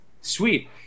Sweet